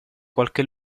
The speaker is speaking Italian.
qualche